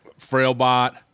Frailbot